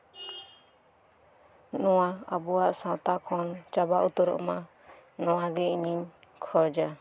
ᱱᱚᱣᱟ ᱟᱵᱚᱣᱟᱜ ᱥᱟᱶᱛᱟ ᱠᱷᱚᱱ ᱪᱟᱵᱟ ᱩᱛᱟᱹᱨᱚᱜ ᱢᱟ ᱱᱚᱣᱟ ᱜᱮ ᱤᱧᱤᱧ ᱠᱷᱚᱡᱟ